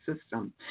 system